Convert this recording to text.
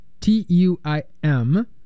T-U-I-M